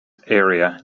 area